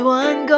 one